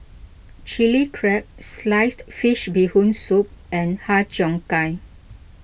Chili Crab Sliced Fish Bee Hoon Soup and Har Cheong Gai